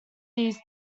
these